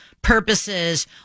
purposes